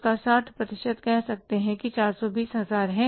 उसका 60 प्रतिशत कह सकते हैं कि 420 हजार है